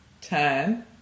ten